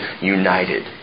united